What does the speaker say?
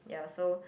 ya so